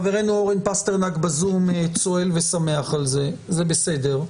חברנו אורן פסטרנק ב-זום צוהל ושמח על זה וזה בסדר.